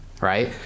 Right